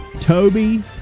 Toby